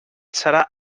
serà